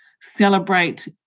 celebrate